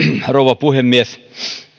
rouva puhemies